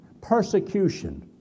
persecution